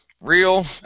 Real